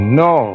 no